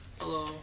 Hello